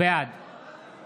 בעד